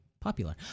popular